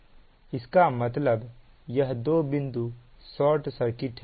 इसका मतलब यह दो बिंदु शॉर्ट सर्किट है